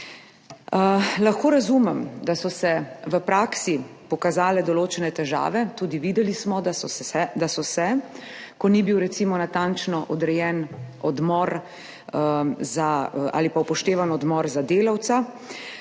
Lahko razumem, da so se v praksi pokazale določene težave, videli smo tudi, da ni bil recimo natančno odrejen ali pa upoštevan odmor za delavca.